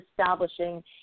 establishing